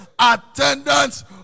attendance